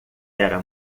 era